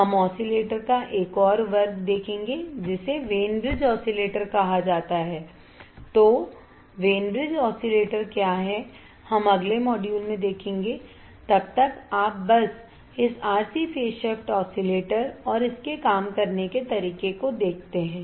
हम ऑसिलेटर का एक और वर्ग देखेंगे जिसे वेन ब्रिज ऑसिलेटर कहा जाता है तो वेन ब्रिज ऑसिलेटर क्या हैं हम अगले मॉड्यूल में देखेंगे तब तक आप बस इस RC फेज शिफ्ट ऑसिलेटर और इसके काम करने के तरीके को देखते हैं